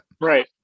right